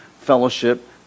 fellowship